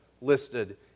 listed